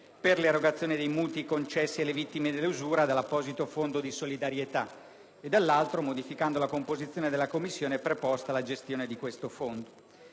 per l'erogazione dei mutui concessi alle vittime dell'usura dall'apposito Fondo di solidarietà e, dall'altro, modificando la composizione della Commissione preposta alla gestione di tale Fondo.